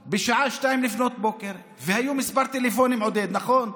החוצה בשעה 02:00. והיו כמה טלפונים, עודד, נכון,